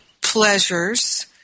pleasures